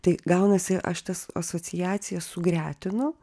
tai gaunasi aš tas asociacijas sugretinu